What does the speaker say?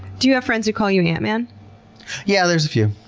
do you have friends who call you antman? yeah, there's a few.